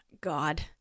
god